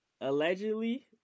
allegedly